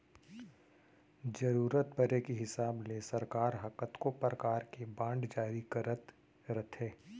जरूरत परे के हिसाब ले सरकार ह कतको परकार के बांड जारी करत रथे